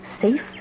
Safe